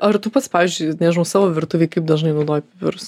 ar tu pats pavyzdžiui nežinau savo virtuvėj kaip dažnai naudoji pipirus